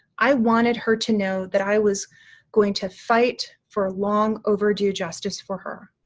i wanted her to know that i was going to fight for long overdue justice for her.